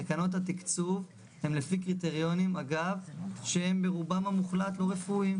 תקנות התקצוב הן לפי קריטריונים שהם ברובם המוחלט לא רפואיים.